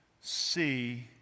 see